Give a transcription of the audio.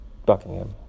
Buckingham